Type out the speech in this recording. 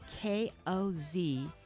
K-O-Z